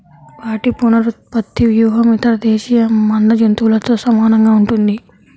వాటి పునరుత్పత్తి వ్యూహం ఇతర దేశీయ మంద జంతువులతో సమానంగా ఉంటుంది